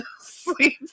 sleep